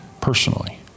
personally